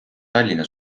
tallinna